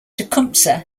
tecumseh